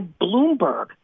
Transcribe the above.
bloomberg